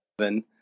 seven